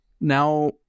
now